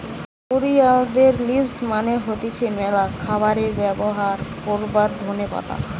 কোরিয়ানদের লিভস মানে হতিছে ম্যালা খাবারে ব্যবহার করবার ধোনে পাতা